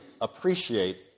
appreciate